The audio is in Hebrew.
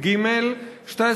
לסעיף 6 אין